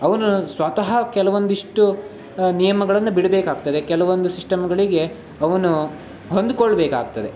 ಅವನು ಸ್ವತಃ ಕೆಲವೊಂದಿಷ್ಟು ನಿಯಮಗಳನ್ನು ಬಿಡಬೇಕಾಗ್ತದೆ ಕೆಲವೊಂದು ಸಿಸ್ಟಮ್ಗಳಿಗೆ ಅವನು ಹೊಂದಿಕೊಳ್ಬೇಕಾಗ್ತದೆ